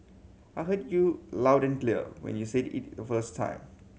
I heard you loud and clear when you said it the first time